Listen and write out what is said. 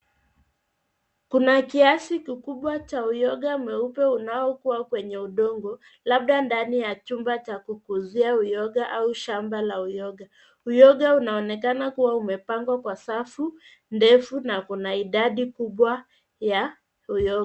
Kuna kiasi kikubwa cha uyoga mweupe unaokuwa kwenye udongo labda ndani ya chumba cha kukuzia uyoga au shamba la uyoga, uyoga unaonekana kuwa umepangwa kwa safu ndefu na kuna idadi kubwa ya uyoga.